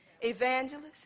Evangelist